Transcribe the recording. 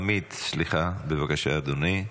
עמית סליחה, בבקשה, אדוני.